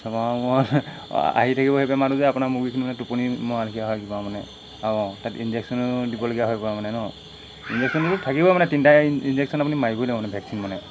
ছমাহৰ মূৰত আহি থাকিব সেইবাবে মানুহ যে আপোনাৰ মুগীখিনি মানে টোপনি মৰালেখীয়া হয় কিবা মানে আৰু তাত ইঞ্জেকশ্যনো দিবলগীয়া হৈ পৰে মানে ন ইঞ্জেকশ্যনটো থাকিব মানে তিনিটা ইনজেকশ্যন আপুনি মাৰিবই লাগিব মানে ভেকচিন মানে